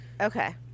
okay